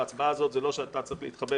ההצבעה הזאת זה לא שאתה צריך להתחבא